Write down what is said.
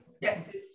Yes